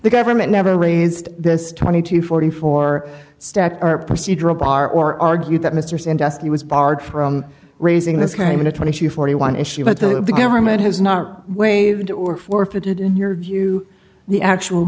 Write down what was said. the government never raised this twenty to forty four stacked our procedural bar or argued that mr sandusky was barred from raising this claim in a twenty to forty one issue but that the government has not waived or forfeited in your view the actual